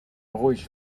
ruhig